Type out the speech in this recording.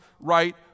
right